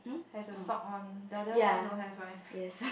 has a sock on the other one don't have right